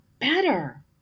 better